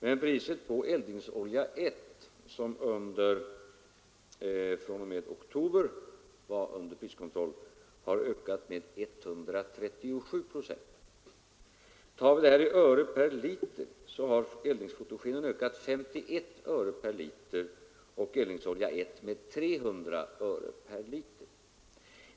Men priset på eldningsolja 1, som fr.o.m. oktober var under priskontroll, har ökat med 137 procent. Räknar vi i öre per liter har eldningsfotogen ökat med 51 öre per liter och eldningsolja 1 med 300 öre per liter.